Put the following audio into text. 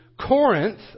Corinth